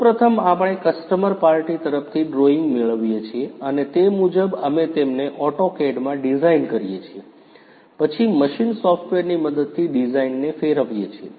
સૌ પ્રથમ આપણે કસ્ટમર પાર્ટી તરફથી ડ્રોઇંગ મેળવીએ છીએ અને તે મુજબ અમે તેમને AutoCAD માં ડિઝાઇન કરીએ છીએ પછી મશીન સોફ્ટવેરની મદદથી ડિઝાઇનને ફેરવીએ છીએ